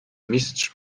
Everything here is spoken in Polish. mistrz